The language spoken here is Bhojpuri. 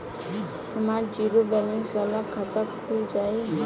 हमार जीरो बैलेंस वाला खाता खुल जाई?